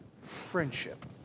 friendship